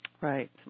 Right